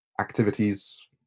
activities